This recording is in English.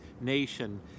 nation